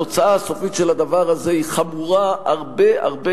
התוצאה הסופית של הדבר הזה היא חמורה הרבה הרבה